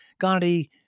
Gandhi